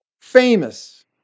famous